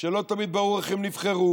שלא תמיד ברור איך הם נבחרו,